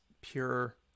pure